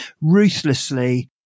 ruthlessly